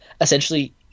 essentially